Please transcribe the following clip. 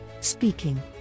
speaking